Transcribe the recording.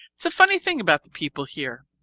it's a funny thing about the people here.